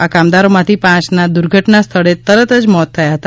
આ કામદારોમાંથી પાંચના દુર્ઘટના સ્થળે તરત જ મોત થયા હતા